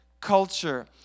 Culture